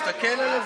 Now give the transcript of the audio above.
תסתכל על הזמן.